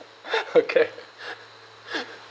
okay